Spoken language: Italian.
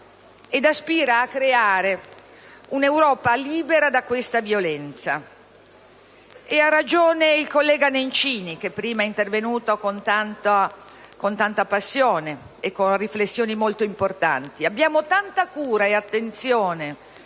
ed aspira a creare un'Europa libera da questa violenza. Ha ragione il collega Nencini, che prima è intervenuto con tanta passione e con riflessioni molto importanti: abbiamo tanta cura e attenzione